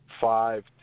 five